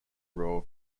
royal